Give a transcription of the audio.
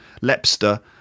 Lepster